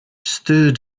stood